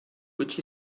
which